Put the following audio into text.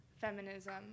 feminism